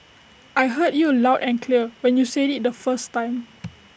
I heard you loud and clear when you said IT the first time